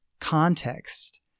context